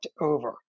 over